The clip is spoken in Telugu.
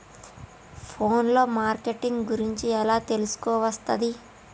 ఫోన్ లో మార్కెటింగ్ గురించి ఎలా తెలుసుకోవస్తది?